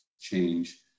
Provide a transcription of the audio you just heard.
change